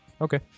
Okay